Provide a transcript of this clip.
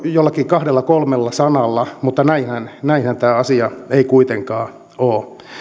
jollakin kahdella kolmella sanalla mutta näinhän näinhän tämä asia ei kuitenkaan ole